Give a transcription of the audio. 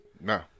no